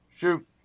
Shoot